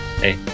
Hey